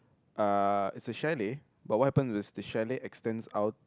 uh it's a chalet but what happens is the chalet extends out